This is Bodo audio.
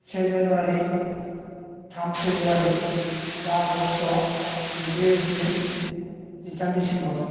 से जानुवारी थाम फेब्रुवारी बा आगष्ट जिब्रै एप्रिल जिथाम डिसेम्बर